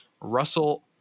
Russell